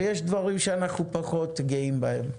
ויש דברים שאנחנו פחות גאים בהם,